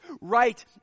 right